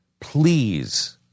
Please